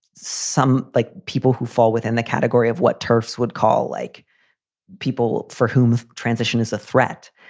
some, like people who fall within the category of what turfs would call like people for whom transition is a threat.